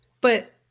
But-